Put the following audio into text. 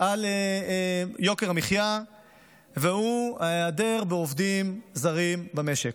על יוקר המחיה והוא היעדר בעובדים זרים במשק.